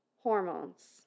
hormones